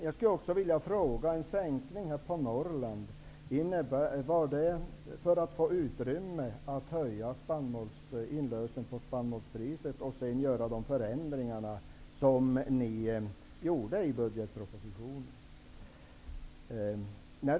Jag skulle också vilja fråga: Var tanken att en sänkning av stödet till Norrland skulle ge utrymme för en höjning av inlösen på spannmålspriset och sedan möjliggöra de förändringar som ni genomförde i budgetpropositionen?